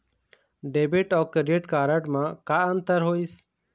Debit अऊ credit card म का अंतर होइस?